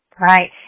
right